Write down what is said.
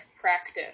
practice